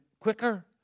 quicker